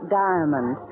diamond